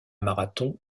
marathon